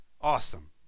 awesome